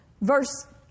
Verse